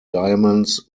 diamonds